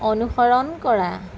অনুসৰণ কৰা